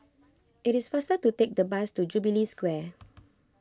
it is faster to take the bus to Jubilee Square